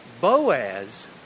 Boaz